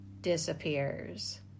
disappears